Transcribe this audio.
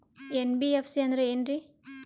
NBFC ಅಂದ್ರ ಏನ್ರೀ?